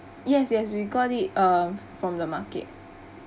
yes yes we got it um from the market